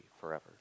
forever